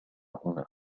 هنا